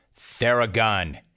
theragun